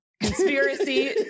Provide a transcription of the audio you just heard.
Conspiracy